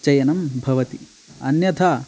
चयनं भवति अन्यथा